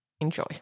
Enjoy